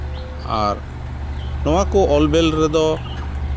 ᱟᱨ ᱱᱚᱣᱟ ᱠᱚ ᱚᱞ ᱵᱮᱞ ᱨᱮᱫᱚ